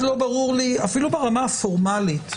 לא ברור לי אפילו ברמה הפורמלית,